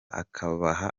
akabaha